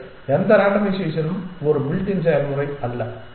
இல்லை எந்த ரேண்டமைசேஷனும் ஒரு பில்ட் இன் செயல்முறை அல்ல